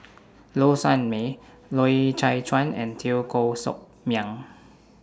Low Sanmay Loy Chye Chuan and Teo Koh Sock Miang